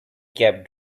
kept